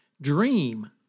Dream